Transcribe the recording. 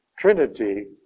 Trinity